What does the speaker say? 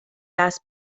دست